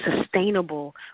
sustainable